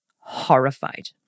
horrified